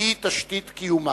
שהיא תשתית קיומה.